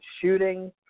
shooting